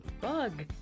Bug